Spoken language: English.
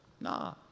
nah